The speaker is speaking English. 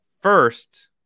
first